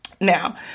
Now